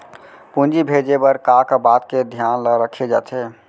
पूंजी भेजे बर का का बात के धियान ल रखे जाथे?